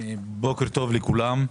בוקר טוב לכולם.